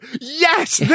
yes